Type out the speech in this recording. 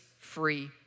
free